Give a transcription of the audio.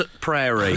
Prairie